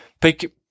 pick